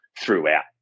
throughout